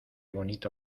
bonito